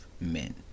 men